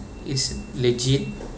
it's legit